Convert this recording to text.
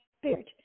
spirit